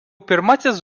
pirmasis